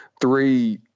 three